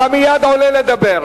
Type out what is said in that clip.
אתה מייד עולה לדבר.